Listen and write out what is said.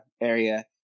area